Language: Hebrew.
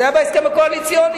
זה היה בהסכם הקואליציוני.